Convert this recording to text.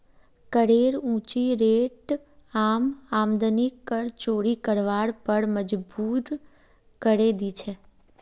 करेर ऊँची रेट आम आदमीक कर चोरी करवार पर मजबूर करे दी छे